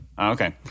okay